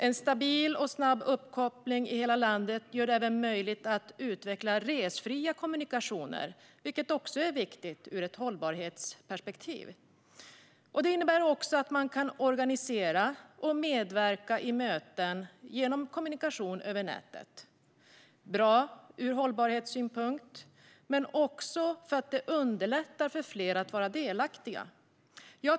En stabil och snabb uppkoppling i hela landet gör det även möjligt att utveckla resfria kommunikationer, vilket också är viktigt ur ett hållbarhetsperspektiv. Det innebär att man kan organisera och medverka i möten genom kommunikation över nätet - bra ur hållbarhetssynpunkt men också för att det underlättar för fler att vara delaktiga.